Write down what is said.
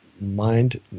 mind